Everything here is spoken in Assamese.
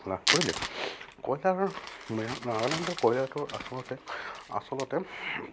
লাভ কৰিলে কয়লাৰ নাগালেণ্ডৰ কয়লাটো আচলতে আচলতে